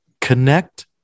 Connect